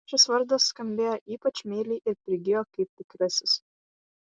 šis vardas skambėjo ypač meiliai ir prigijo kaip tikrasis